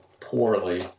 poorly